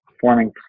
forming